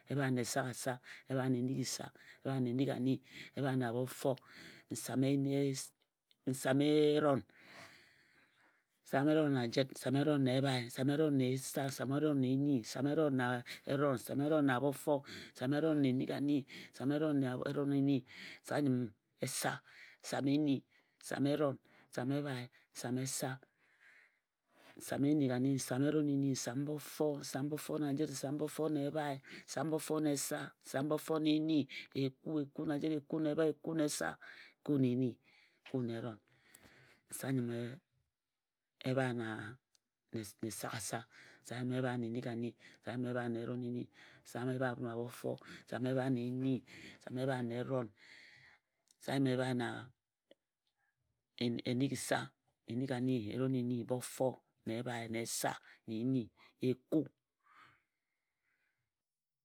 Nsam ebhea, nsam eni, nsam-eron, nsam-esaghase, Nsam-enighisa, nsam-enighani, nsam-eroneni, nsam-bofo.